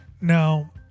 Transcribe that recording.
Now